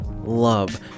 love